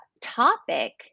topic